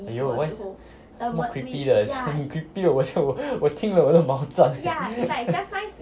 !aiyo! why 这么 creepy 的真很 creepy 我听了我都毛站